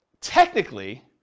technically